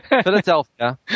Philadelphia